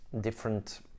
different